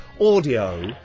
audio